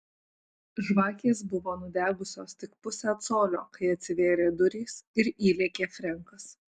žvakės buvo nudegusios tik pusę colio kai atsivėrė durys ir įlėkė frenkas